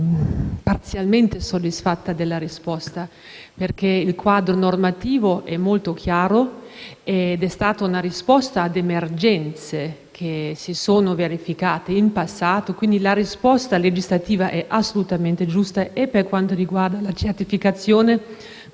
parzialmente soddisfatta della risposta perché il quadro normativo è molto chiaro e si è trattato di una risposta a emergenze verificatesi in passato. La risposta legislativa è assolutamente giusta per quanto riguarda sia la certificazione